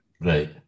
right